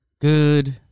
Good